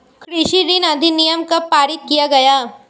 कृषि ऋण अधिनियम कब पारित किया गया?